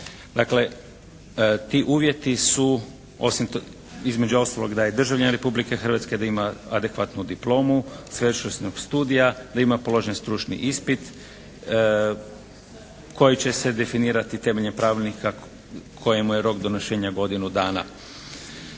Dakle ti uvjeti su između ostalog da je državljanin Republike Hrvatske, da ima adekvatnu diplomu …/Govornik se ne razumije./… studija, da ima položen stručni ispit koji će se definirati temeljem pravilnika kojemu je rok donošenja godinu dana.